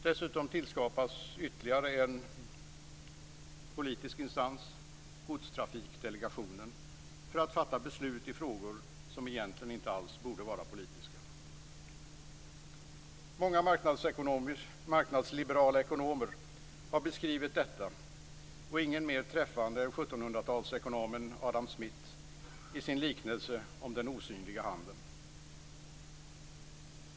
Dessutom tillskapas ytterligare en politisk instans, Godstrafikdelegationen, för att fatta beslut i frågor som egentligen inte alls borde vara politiska. Många marknadsliberala ekonomer har beskrivit detta och ingen mer träffande än 1700-talsekonomen Adam Smith i liknelsen om den osynliga handen.